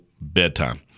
bedtime